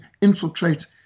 infiltrate